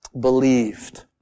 believed